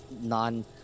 non